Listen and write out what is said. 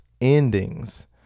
endings